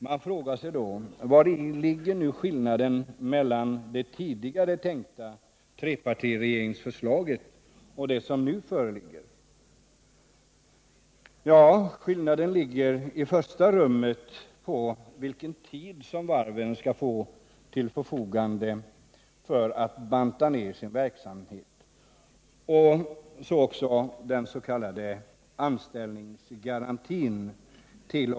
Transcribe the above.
Man frågar sig då: Vari ligger nu skillnaden mellan det tidigare tänkta trepartiregeringsförslaget och det som nu föreligger? Skillnaden ligger i första rummet i vilken tid som varven skall få till förfogande för att banta ner sin verksamhet och sedan också i den s.k. anställningsgarantin t. 0. m.